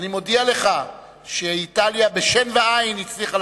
אני מודיע לך שאיטליה בשן ועין הצליחה